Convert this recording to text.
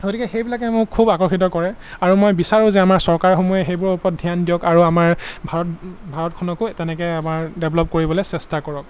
গতিকে সেইবিলাকে মোক খুব আকৰ্ষিত কৰে আৰু মই বিচাৰোঁ যে আমাৰ চৰকাৰসমূহে সেইবোৰৰ ওপৰত ধ্যান দিয়ক আৰু আমাৰ ভাৰত ভাৰতখনকো তেনেকৈ আমাৰ ডেভেলপ কৰিবলৈ চেষ্টা কৰক